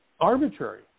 arbitrary